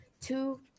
two